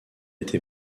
été